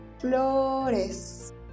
flores